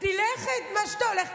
תלך את מה שאתה הולך.